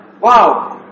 wow